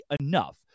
enough